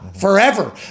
forever